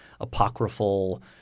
apocryphal